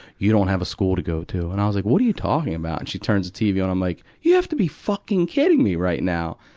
you don't have a school to go to. and i was like, what are you talking about? and she turns the tv on, and i'm like, you have to be fucking kidding me right now!